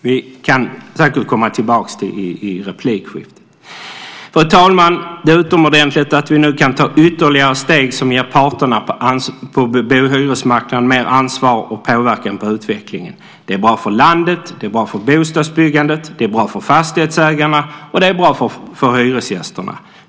Vi kan säkert komma tillbaka till detta i replikskiftet. Fru talman! Det är utomordentligt bra att vi nu kan ta ytterligare steg som ger parterna på hyresmarknaden mer ansvar och större möjligheter att påverka utvecklingen. Det är bra för landet, det är bra för bostadsbyggandet, det är bra för fastighetsägarna, och det är bra för hyresgästerna.